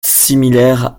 similaires